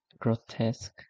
grotesque